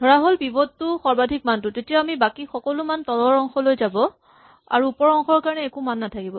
ধৰাহ'ল পিভট টো সৰ্বাধিক মানটো তেতিয়া বাকী সকলো মান তলৰ অংশলৈ যাব ওপৰৰ অংশৰ কাৰণে একো মান নাথাকিব